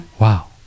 Wow